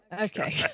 Okay